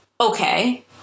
Okay